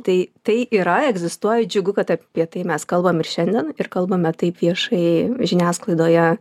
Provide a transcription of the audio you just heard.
tai tai yra egzistuoja džiugu kad apie tai mes kalbam ir šiandien ir kalbame taip viešai žiniasklaidoje